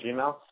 Gmail